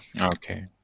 okay